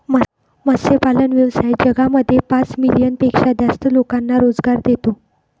मत्स्यपालन व्यवसाय जगामध्ये पाच मिलियन पेक्षा जास्त लोकांना रोजगार देतो